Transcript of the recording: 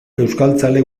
euskaltzale